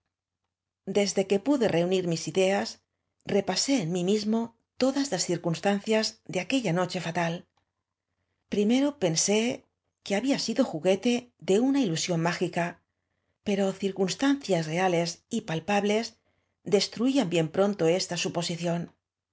desde que pude reunir mis ideas repasé en mi mismo todas las circnnstaocias de aquella noche fatal rimero pensé que había sido juguete de una iiasidn mágica pero circunstancias reales y palpable destruían bien proato esta suposición